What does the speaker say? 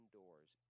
doors